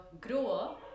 grower